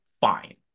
fine